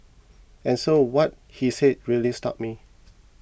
and so what he said really stuck me